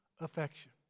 affection